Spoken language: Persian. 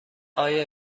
آیا